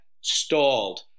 stalled